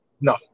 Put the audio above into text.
No